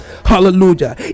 hallelujah